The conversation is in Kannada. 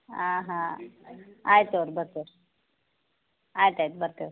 ಹಾಂ ಹಾಂ ಆಯ್ತು ತಗೋ ರೀ ಬರ್ತೀವಿ ಆಯ್ತು ಆಯ್ತು ಬರ್ತೀವಿ